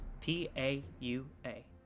P-A-U-A